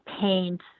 paint